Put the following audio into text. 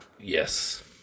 yes